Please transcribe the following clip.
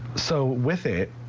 so with it,